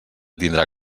tindrà